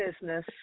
business